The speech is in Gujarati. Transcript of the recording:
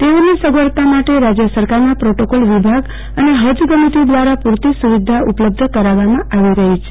તેઓની સગવડતા માટે રાજય સરકારના પ્રોટોકોલ વિભાગ અને ફજ કમિટિ દ્રારા પુરતી સુવિધા ઉપલબ્ધ કરાવવામાં આવી રફી છે